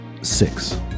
six